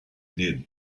did